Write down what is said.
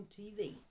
TV